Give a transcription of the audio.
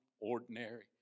ordinary